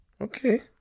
Okay